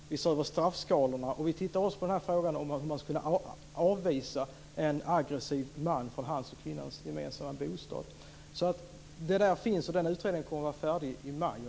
Vi ser över straffskalorna, och vi tittar också på frågan om hur man ska kunna avvisa en aggressiv man från hans och kvinnans gemensamma bostad. Den utredningen kommer att vara färdig i maj.